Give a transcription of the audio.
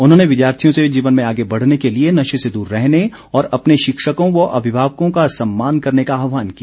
उन्होंने विद्यार्थियों से जीवन में आगे बढ़ने के लिए नशे से दूर रहने और अपने शिक्षकों व अभिभावकों का सम्मान करने का आहवान किया